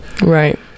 Right